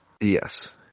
Yes